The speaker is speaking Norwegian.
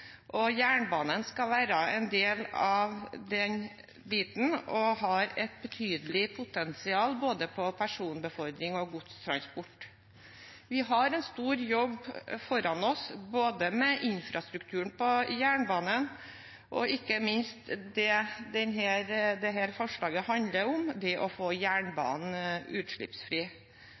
og jernbanen skal være en del av det og har et betydelig potensial for både personbefordring og godstransport. Vi har en stor jobb foran oss med infrastrukturen på jernbanen og ikke minst med det dette forslaget handler om: å få jernbanen utslippsfri.